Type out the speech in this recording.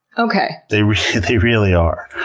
okay. they really they really are.